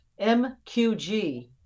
MQG